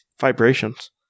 vibrations